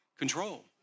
control